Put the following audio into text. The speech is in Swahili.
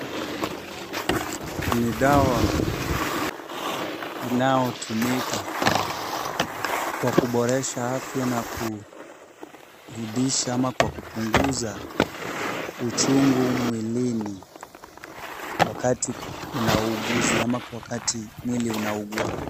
Ni dawa inayotumika kwa kuboresha afya na kurudisha ama kwa kupunguza uchungu mwilini, wakati unauguza ama wakati mwili una ugua.